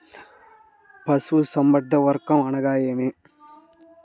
పశుసంవర్ధకం అనగానేమి?